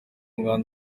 ngabo